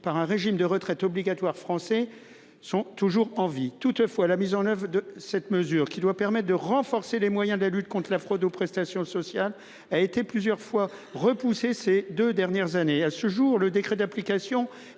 par un régime de retraite obligatoire français sont toujours en vie. Toutefois, la mise en oeuvre de cette mesure, qui doit permettre de renforcer les moyens de la lutte contre la fraude aux prestations sociales, a été plusieurs fois repoussée ces deux dernières années. À ce jour, le décret d'application